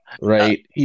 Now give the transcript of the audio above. Right